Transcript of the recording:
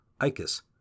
ICUS